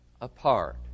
apart